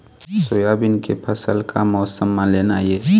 Soybean के फसल का मौसम म लेना ये?